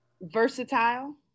versatile